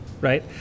right